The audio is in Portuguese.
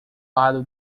lado